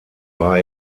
war